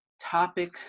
topic